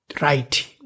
right